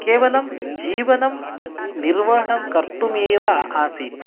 केवलं जीवनं निर्वहणं कर्तुमेव आसीत्